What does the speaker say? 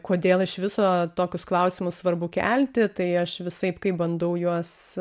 kodėl iš viso tokius klausimus svarbu kelti tai aš visaip kaip bandau juos